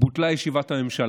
בוטלה ישיבת הממשלה.